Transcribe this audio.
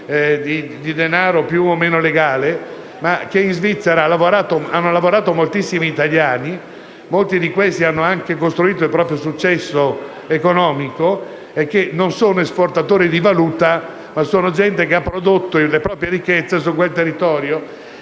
giorno serve a chiarire che in Svizzera hanno lavorato tantissimi italiani, molti dei quali hanno anche costruito il proprio successo economico, i quali non sono esportatori di valuta ma gente che ha prodotto la propria ricchezza sul quel territorio